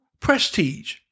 prestige